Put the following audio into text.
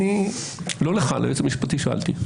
לא לך, את היועץ המשפטי שאלתי.